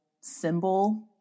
symbol